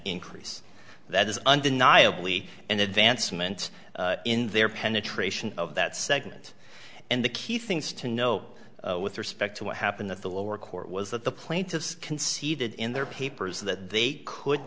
increase that is undeniably an advancement in their penetration of that segment and the key things to know with respect to what happened at the lower court was that the plaintiffs conceded in their papers that they could